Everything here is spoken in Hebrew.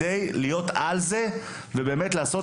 על מנת להיות על הנושא הזה ובאמת לעשות